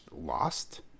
Lost